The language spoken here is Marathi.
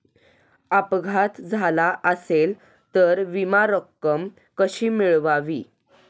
अपघात झाला असेल तर विमा रक्कम कशी मिळवावी?